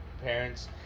parents